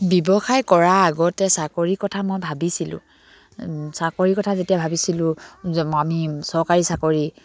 ব্যৱসায় কৰাৰ আগতে চাকৰি কথা মই ভাবিছিলোঁ চাকৰি কথা যেতিয়া ভাবিছিলোঁ আমি চৰকাৰী চাকৰি